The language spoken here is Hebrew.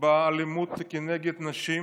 באלימות נגד נשים,